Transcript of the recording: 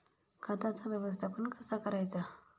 खताचा व्यवस्थापन कसा करायचा?